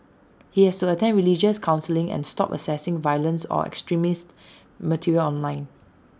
he has to attend religious counselling and stop accessing violent or extremist material online